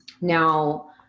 Now